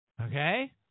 Okay